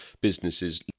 businesses